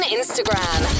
Instagram